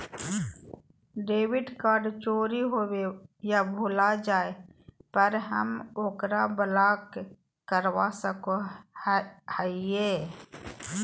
debit card चोरी होवे या भुला जाय पर हम ओकरा ब्लॉक करवा सको हियै